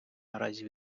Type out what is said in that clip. наразі